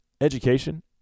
education